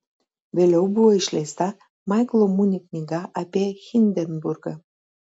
vėliau buvo išleista maiklo muni knyga apie hindenburgą